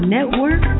Network